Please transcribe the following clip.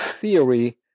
theory